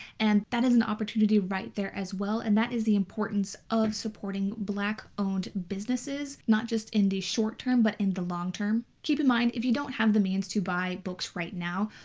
and that is an opportunity right there as well, and that is the importance of supporting black owned businesses, not just in the short term but in the long term. keep in mind if you don't have the means to buy books right now,